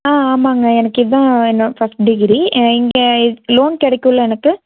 ஆ ஆமாங்க எனக்கு இதுதான் என்னோட ஃபஸ்ட் டிகிரி இங்கே லோன் கிடைக்குல்ல எனக்கு